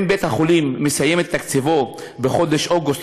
אם בית-החולים מסיים את תקציבו בחודש אוגוסט